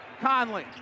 Conley